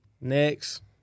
Next